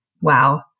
wow